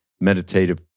meditative